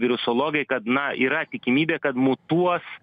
virusologai kad na yra tikimybė kad mutuos